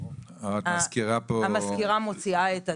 המזכירה מוציאה את התיק.